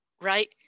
right